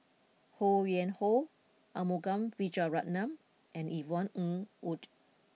Ho Yuen Hoe Arumugam Vijiaratnam and Yvonne Ng Uhde